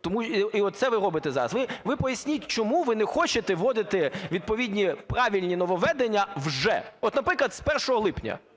Тому… І оце ви робите зараз. Ви поясніть, чому ви не хочете вводити відповідні правильні нововведення вже. От, наприклад, з 1 липня